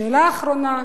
שאלה אחרונה,